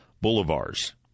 boulevards